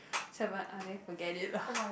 seven I think forget it lah